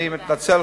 אני מתנצל,